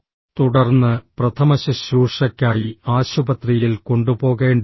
തുടർന്ന് പ്രഥമശുശ്രൂഷയ്ക്കായി ആശുപത്രിയിൽ കൊണ്ടുപോകേണ്ടിവന്നു